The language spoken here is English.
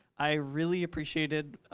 i really appreciated,